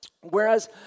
Whereas